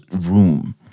room